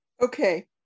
Okay